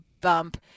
bump